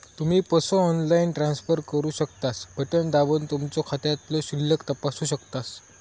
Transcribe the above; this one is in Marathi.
तुम्ही पसो ऑनलाईन ट्रान्सफर करू शकतास, बटण दाबून तुमचो खात्यातलो शिल्लक तपासू शकतास